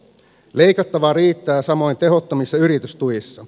leikattavaa riittää samoin tehottomissa yritystuissa